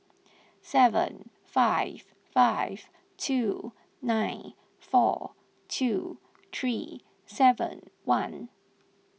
seven five five two nine four two three seven one